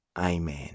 Amen